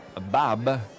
Bob